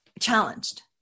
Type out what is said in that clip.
challenged